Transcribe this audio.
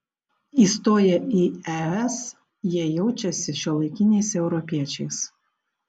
įstoję į es jie jaučiasi šiuolaikiniais europiečiais